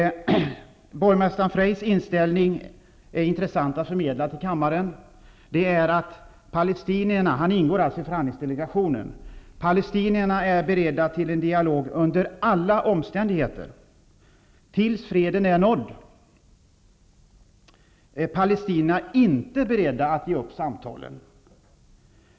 Borgmästare Freijs inställning är intressant att förmedla till kammaren. Freij ingår alltså i förhandlingsdelegationen, och han säger att palestinierna är beredda till en dialog under alla omständigheter tills freden är nådd. Palestinierna är alltså inte beredda att ge upp samtalen.